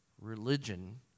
Religion